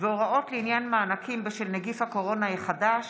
והוראות לעניין מענקים בשל נגיף הקורונה החדש